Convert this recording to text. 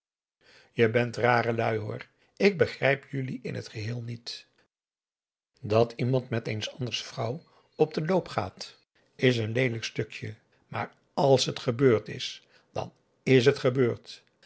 je bent rare lui hoor ik begrijp jullie in het geheel niet dat iemand met een's anders vrouw op den loop gaat is een leelijk stukje maar als het gebeurd is dan is het gebeurd